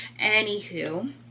Anywho